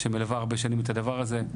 שמלווה הרבה שנים את הדבר הזה.